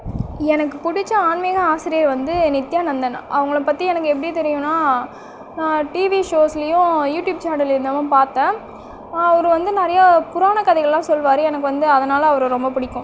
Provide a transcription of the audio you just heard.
எனக்கு பிடிச்ச ஆன்மீக ஆசிரியர் வந்து நித்தியானந்தன் அவங்களை பற்றி எனக்கு எப்படி தெரியும்ன்னா நான் டிவி ஷோவ்ஸ்லையும் யூடியூப் சேனலந்தும் பார்த்தேன் அவர் வந்து நெறைய புராண கதைகளாக சொல்லுவார் எனக்கு வந்து அதனால் அவரை ரொம்ப பிடிக்கும்